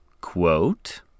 Quote